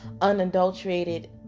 unadulterated